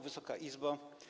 Wysoka Izbo!